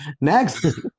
Next